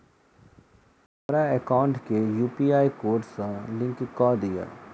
हमरा एकाउंट केँ UPI code सअ लिंक कऽ दिऽ?